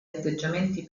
atteggiamenti